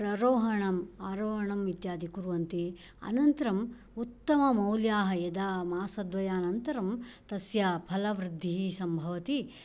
अरोहणं आरोहणं इत्यादि कुर्वन्ति अनन्तरम् उत्तम मौल्याः यदा मासद्वयानन्तरं तस्या फलवृद्धिः सम्भवति